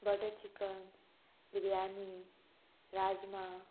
butter chicken biryani rajma